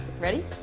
ready?